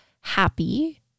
happy